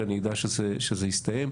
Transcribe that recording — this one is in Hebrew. שאני אדע שזה הסתיים.